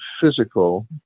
physical